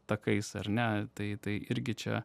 takais ar ne tai tai irgi čia